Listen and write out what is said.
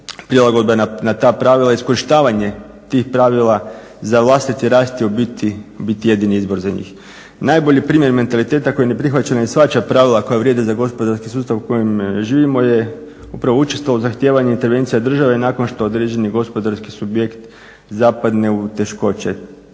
prilagodba na ta pravila, iskorištavanje tih pravila za vlastiti rast je u biti jedini izbor za njih. Najbolji primjer mentaliteta koji ne prihvaća i ne shvaća pravila koja vrijede za gospodarski sustav u kojem živimo je upravo učestalo zahtijevanje intervencija države nakon što određeni gospodarski subjekt zapadne u teškoće.